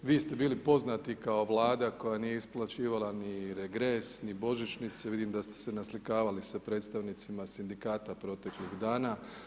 Vi ste bili poznati kao Vlada koja nije isplaćivala ni regres, ni božićnice, vidim da ste se naslikavali sa predstavnicima sindikata proteklih dana.